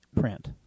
print